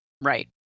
Right